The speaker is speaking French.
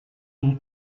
une